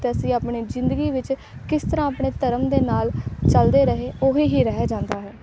ਅਤੇ ਅਸੀਂ ਆਪਣੇ ਜ਼ਿੰਦਗੀ ਵਿੱਚ ਕਿਸ ਤਰ੍ਹਾਂ ਆਪਣੇ ਧਰਮ ਦੇ ਨਾਲ ਚੱਲਦੇ ਰਹੇ ਉਹ ਹੀ ਰਹਿ ਜਾਂਦਾ ਹੈ